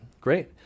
Great